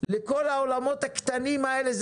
לכל העולמות הקטנים האלה.